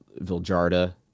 Viljarda